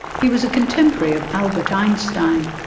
he was a contemporary of albert einstein.